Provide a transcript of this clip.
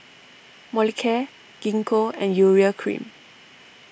Molicare Gingko and Urea Cream